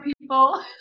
people